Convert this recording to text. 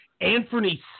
Anthony